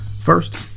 First